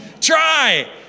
try